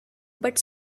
but